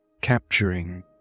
capturing